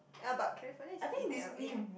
L but California is in L_A